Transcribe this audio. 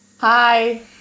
Hi